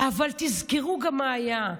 אבל תזכרו גם מה היה,